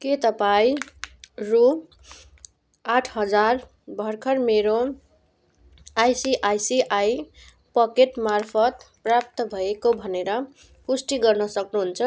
के तपाईँ रु आठ हजार भर्खर मेरो आइसिआइसिआई पकेट मार्फत् प्राप्त भएको भनेर पुष्टि गर्न सक्नुहुन्छ